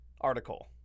article